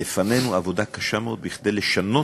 ולפנינו עבודה קשה מאוד כדי לשנות,